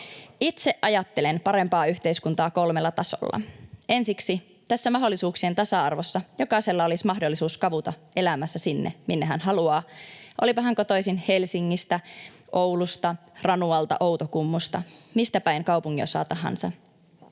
Itse ajattelen parempaa yhteiskuntaa kolmella tasolla. Ensiksi tässä mahdollisuuksien tasa-arvossa jokaisella olisi mahdollisuus kavuta elämässä sinne, minne haluaa, olipa hän kotoisin Helsingistä, Oulusta, Ranualta, Outokummusta, mistä päin kaupunginosaa tahansa.